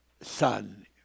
son